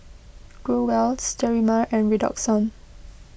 Growell Sterimar and Redoxon